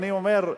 אני אומר,